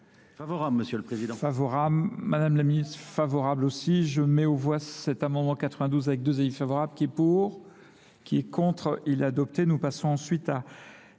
Favorable, M. le Président. – Madame la Ministre, favorable aussi. Je mets au voie cet amendement 92 avec deux aides favorables, qui est pour, qui est contre et l'a adopté. Nous passons ensuite à